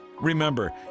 Remember